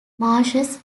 marshes